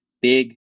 big